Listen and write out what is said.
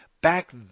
Back